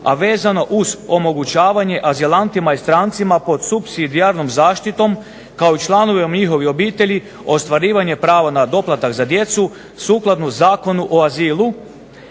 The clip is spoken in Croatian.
a vezano uz omogućavanje azilantima i strancima pod supsidijarnom zaštitom kao i članovima njihovih obitelji ostvarivanje prava na doplatak za djecu sukladno Zakonu o azilu